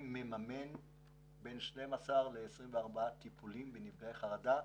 שמממן בין 12 ל-24 טיפולים לנפגעי חרדה,